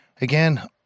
Again